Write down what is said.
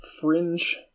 fringe